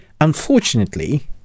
Unfortunately